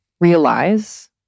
realize